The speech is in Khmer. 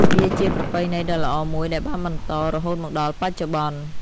វាជាប្រពៃណីដ៏ល្អមួយដែលបានបន្តរហូតមកដល់បច្ចុប្បន្ន។